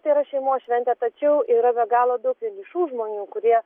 tai yra šeimos šventė tačiau yra be galo daug vienišų žmonių kurie